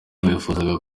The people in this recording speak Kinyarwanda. bifuzaga